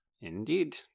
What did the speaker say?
Indeed